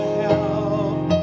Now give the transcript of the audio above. help